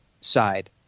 side